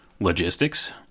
Logistics